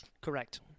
correct